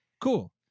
cool